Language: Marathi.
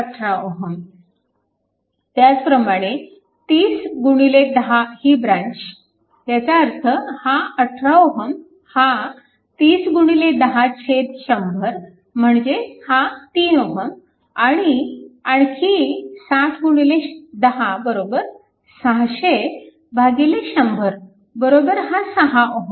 त्याचप्रमाणे 3010 ही ब्रँच ह्याचा अर्थ हा 18 Ω हा 30 10 100 म्हणजे हा 3 Ω आणि आणखी 6010 600 भागिले 100 बरोबर हा 6 Ω